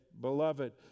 beloved